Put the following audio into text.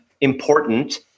important